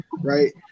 right